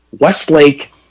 Westlake